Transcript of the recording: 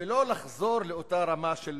ולא לחזור לאותה רמה של